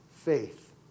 faith